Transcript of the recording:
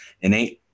innate